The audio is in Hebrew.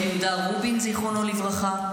את יהודה רובין, זיכרונו לברכה?